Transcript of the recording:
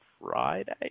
Friday